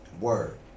word